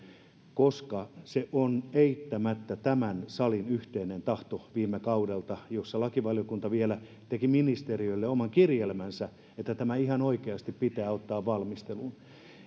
koska se on eittämättä tämän salin yhteinen tahto viime kaudelta jolloin lakivaliokunta vielä teki ministeriölle oman kirjelmänsä että tämä ihan oikeasti pitää ottaa valmisteluun